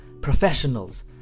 professionals